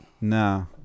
No